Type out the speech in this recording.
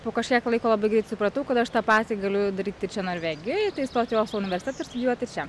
po kažkiek laiko labai greit supratau kad aš tą patį galiu daryt ir čia norvegijoj tai stot į oslo universitetą ir studijuoti čia